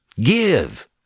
Give